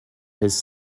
his